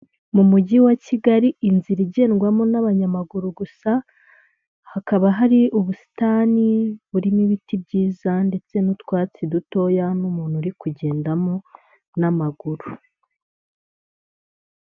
Mu mujyi wa kigali inzira igendwamo n'abanyamaguru gusa; hakaba hari ubusitani burimo ibiti byiza ndetse n'utwatsi dutoya n'umuntu uri kugendamo n'amaguru.